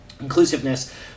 inclusiveness